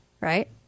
right